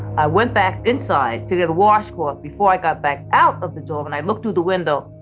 i went back inside to get a washcloth. before i got back out of the door and i looked through the window,